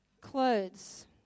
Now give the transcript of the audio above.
Clothes